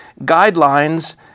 guidelines